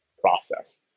process